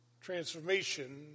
Transformation